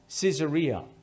Caesarea